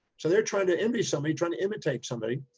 so they're trying to envy somebody, trying to imitate somebody,